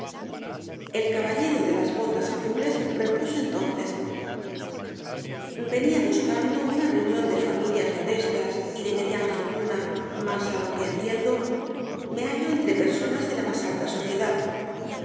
el caballero de las botas azules repuso entonces venía buscando una reunión de familias modestas y de mediana fortuna mas á lo que entiendo me hallo entre personas de la más alta sociedad